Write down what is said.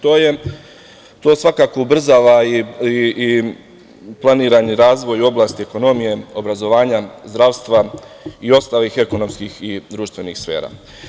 To svakako ubrzava i planirani razvoj u oblasti ekonomije, obrazovanja, zdravstva i ostalih ekonomskih i društvenih sfera.